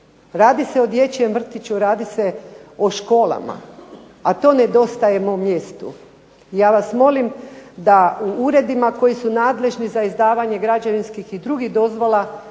Radi se o dječjem vrtiću, radi se o školama, a to nedostaje mom mjestu. Ja vas molim da u uredima koji su nadležni za izdavanje građevinskih i drugih dozvola